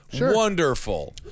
wonderful